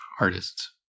artists